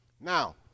Now